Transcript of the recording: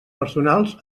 personals